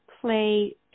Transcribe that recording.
play